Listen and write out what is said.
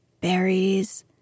berries